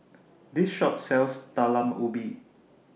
This Shop sells Talam Ubi